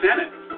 Senate